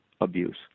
abuse